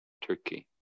Turkey